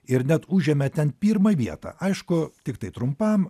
ir net užėmė ten pirmą vietą aišku tiktai trumpam